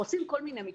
עושים כל מיני מתווים.